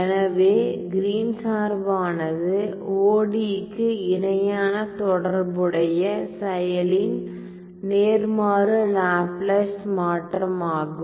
எனவே Green Green's சார்பானது ஒடியி க்கு இணையான தொடர்புடைய செயலியின் நேர்மாறு லாப்லாஸ் மாற்றமாகும்